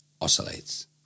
oscillates